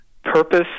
Purpose